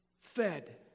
fed